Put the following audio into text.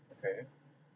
okay